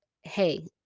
hey